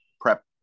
prep